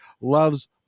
loves